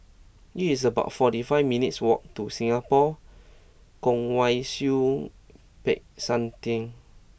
It's about forty five minutes' walk to Singapore Kwong Wai Siew Peck San Theng